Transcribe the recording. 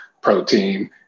protein